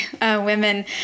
women